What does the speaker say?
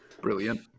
Brilliant